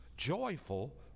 Joyful